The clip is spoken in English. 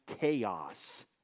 chaos